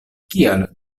kial